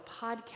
podcast